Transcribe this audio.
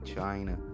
China